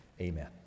amen